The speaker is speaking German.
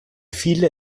viele